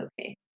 okay